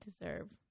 deserve